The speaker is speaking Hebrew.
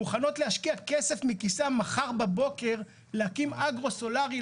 מוכנות להשקיע כסף מכיסן מחר בבוקר להקים אגרו-סולארי,